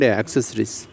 accessories